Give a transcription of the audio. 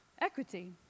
equity